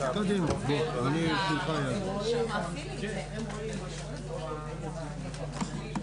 בצורה הדרגתית סייענו למפעל סודה-סטרים לגייס